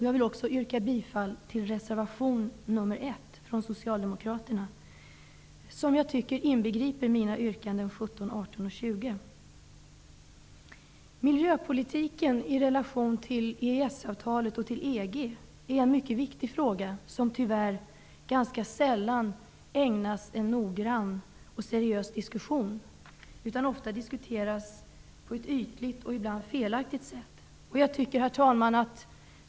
Jag yrkar också bifall till Socialdemokraternas reservation 1, vilken jag tycker inbegriper mina yrkanden 17, 18 och 20. Miljöpolitiken i relation till EES-avtalet och EG är en mycket viktig fråga, som tyvärr ganska sällan ägnas en noggrann och seriös diskussion. Den diskusteras i stället ofta på ett ytligt och ibland felaktigt sätt.